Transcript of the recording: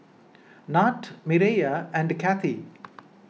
Nat Mireya and Kathey